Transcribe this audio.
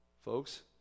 Folks